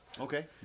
Okay